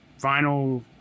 vinyl